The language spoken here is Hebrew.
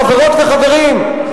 חברות וחברים,